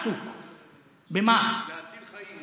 במה הוא עסוק?